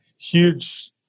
huge